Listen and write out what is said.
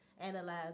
analyze